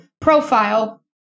profile